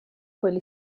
quegli